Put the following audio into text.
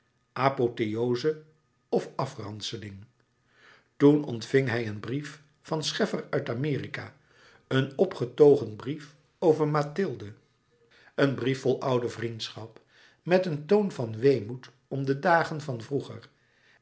apotheoze of afranseling toen ontving hij een brief van scheffer uit amerika een opgetogen brief over mathilde een brief vol oude vriendschap met een toon van weemoed om de dagen van vroeger